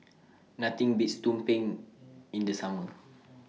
Nothing Beats Tumpeng in The Summer